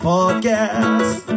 Podcast